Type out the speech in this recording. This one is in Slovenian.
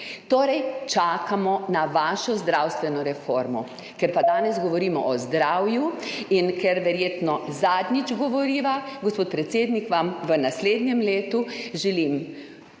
torej čakamo na vašo zdravstveno reformo. Ker pa danes govorimo o zdravju in ker verjetno zadnjič govoriva, gospod predsednik, vam v naslednjem letu želim